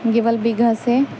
گیوال بیگھہ سے